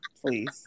please